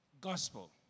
gospel